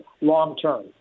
long-term